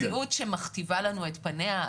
המציאות שמכתיבה לנו את פניה,